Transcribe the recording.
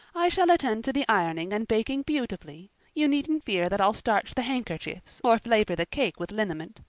i shall attend to the ironing and baking beautifully you needn't fear that i'll starch the handkerchiefs or flavor the cake with liniment.